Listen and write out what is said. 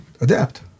Adapt